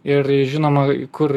ir žinoma kur